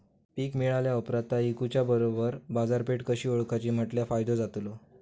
पीक मिळाल्या ऑप्रात ता इकुच्या बरोबर बाजारपेठ कशी ओळखाची म्हटल्या फायदो जातलो?